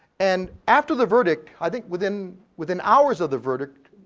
and after the verdict, i think within within hours of the verdict.